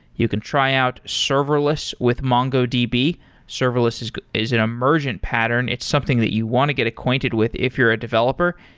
you can try out serverless with mongodb. serverless is is an emergent pattern. it's something that you want to get acquainted with if you're a developer,